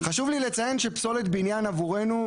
חשוב לי לציין שפסולת בניין עבורנו,